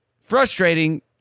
frustrating